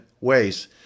ways